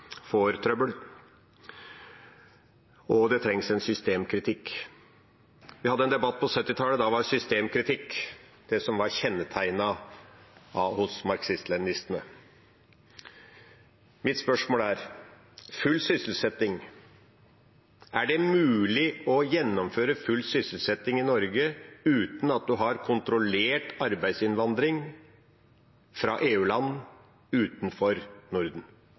får trøbbel, og det trengs en systemkritikk. Vi hadde en debatt på 1970-tallet. Da var systemkritikk det som kjennetegnet marxist-leninistene. Mitt spørsmål er om full sysselsetting. Er det mulig å gjennomføre full sysselsetting i Norge uten at en har kontrollert arbeidsinnvandring fra EU-land utenfor Norden?